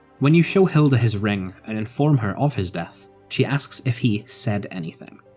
when you show hilda his ring and inform her of his death, she asks if he said anything.